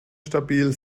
stabil